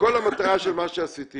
כמו שאמרתי כאן בשיחת פרוזדור,